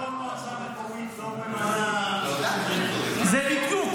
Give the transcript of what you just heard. למה כל מועצה מקומית לא ממנה --- זה בדיוק.